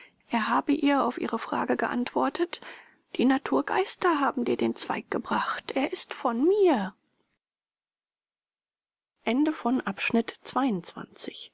er habe ihr auf ihre frage geantwortet die naturgeister haben dir den zweig gebracht er ist von mir